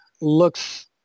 looks